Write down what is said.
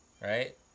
right